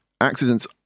accidents